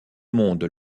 monde